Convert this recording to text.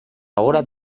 ahora